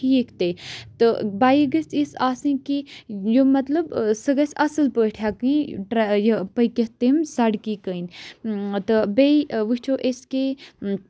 ٹھیٖک تہِ تہٕ بایِک گٔژھۍ اِژھ آسٕنۍ کہِ یِم مطلب سُہ گژھِ اَصٕل پٲٹھۍ ہیٚکٕنۍ یہِ پٔکِتھ تِم سَڑکی کِنۍ تہٕ بیٚیہِ وٕچھو أسۍ کہِ